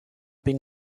been